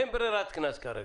אין ברירת קנס כרגע.